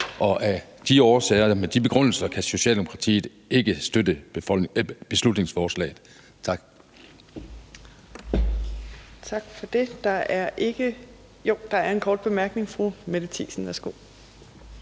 beslutningsforslaget. Med de begrundelser kan Socialdemokratiet ikke støtte beslutningsforslaget. Kl.